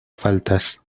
faltas